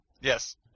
Yes